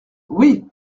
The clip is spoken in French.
oui